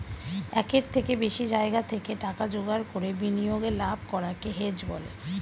একের থেকে বেশি জায়গা থেকে টাকা জোগাড় করে বিনিয়োগে লাভ করাকে হেজ বলে